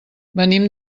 venim